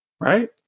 right